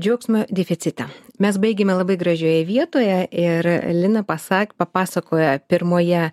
džiaugsmo deficitą mes baigėme labai gražioje vietoje ir lina pasak papasakojo pirmoje